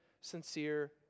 sincere